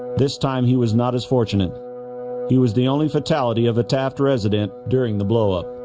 this time he was not as fortunate he was the only fatality of a taft resident during the blow up